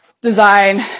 design